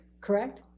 correct